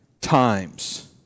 times